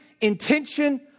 intention